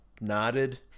nodded